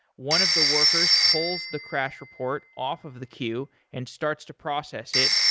one of the workers pulls the crash report off of the queue and starts to process it,